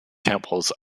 temples